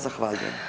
Zahvaljujem.